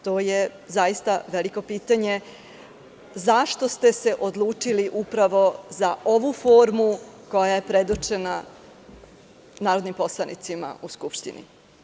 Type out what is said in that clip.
To je zaista veliko pitanje – zašto ste se odlučili upravo za ovu formu koja je predočena narodnim poslanicima u Skupštini?